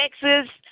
Texas